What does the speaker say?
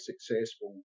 successful